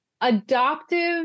adoptive